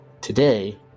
today